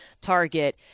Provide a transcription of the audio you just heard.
target